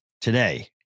today